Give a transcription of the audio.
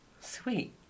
sweet